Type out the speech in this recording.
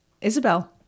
Isabel